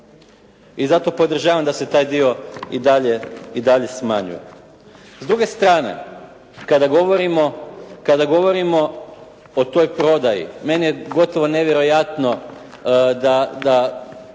i zato podržavam da se taj dio i dalje smanjuje. S druge strane kada govorimo o toj prodaji meni je gotovo nevjerojatno da